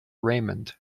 raymond